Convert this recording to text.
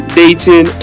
dating